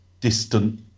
distant